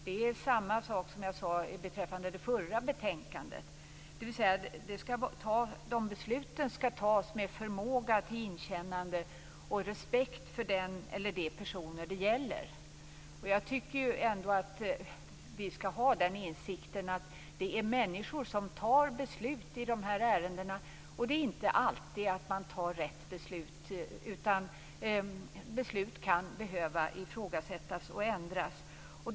Det är samma sak som jag sade beträffande det förra betänkandet, dvs. att besluten skall fattas med förmåga till inkännande och respekt för den eller de personer det gäller. Jag tycker ändå att vi skall ha den insikten att det är människor som fattar beslut i de här ärendena, och det blir inte alltid rätt beslut. Beslut kan behöva ifrågasättas och ändras.